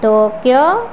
Tokyo